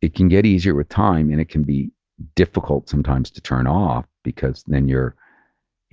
it can get easier with time and it can be difficult sometimes to turn off because then you